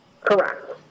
Correct